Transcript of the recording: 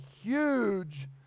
huge